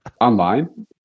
online